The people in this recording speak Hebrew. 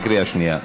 אתה בקריאה שנייה.